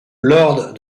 lord